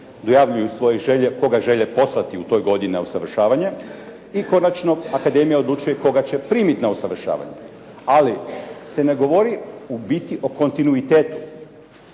dojavljuju svoje želje koga žele poslati u toj godini na usavršavanje i konačno akademija odlučuje koga će primiti na usavršavanje, ali se ne govori u biti o kontinuitetu.